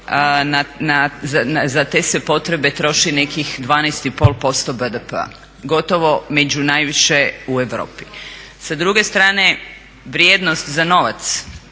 za te se potrebe troši nekih 12,5% BDP-a, gotovo među najviše u Europi. Sa druge strane, vrijednost za novac